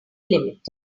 limit